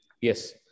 Yes